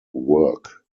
work